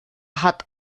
hat